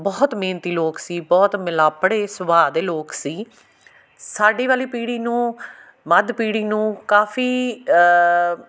ਬਹੁਤ ਮਿਹਨਤੀ ਲੋਕ ਸੀ ਬਹੁਤ ਮਿਲਾਪੜੇ ਸੁਭਾਅ ਦੇ ਲੋਕ ਸੀ ਸਾਡੀ ਵਾਲੀ ਪੀੜ੍ਹੀ ਨੂੰ ਮੱਧ ਪੀੜ੍ਹੀ ਨੂੰ ਕਾਫ਼ੀ